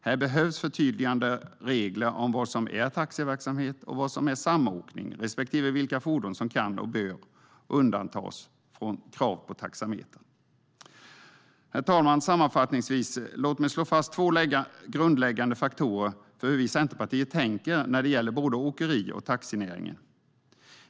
Här behövs förtydligande regler om vad som är taxiverksamhet och vad som är samåkning respektive vilka fordon som kan och bör undantas från krav på taxameter. Herr talman! Låt mig sammanfattningsvis slå fast två grundläggande faktorer för hur vi i Centerpartiet tänker när det gäller både åkeri och taxinäringen.